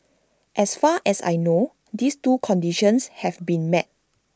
as far as I know these two conditions have been met